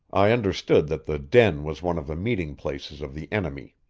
i understood that the den was one of the meeting-places of the enemy.